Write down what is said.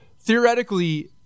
Theoretically